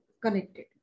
connected